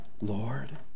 Lord